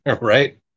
Right